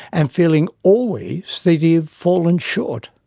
and feeling always that he had fallen short.